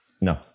No